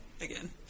Again